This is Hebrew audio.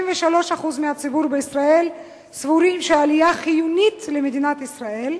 73% מהציבור בישראל סבורים שהעלייה חיונית למדינת ישראל,